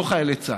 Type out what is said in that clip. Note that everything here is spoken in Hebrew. לא חיילי צה"ל.